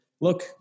Look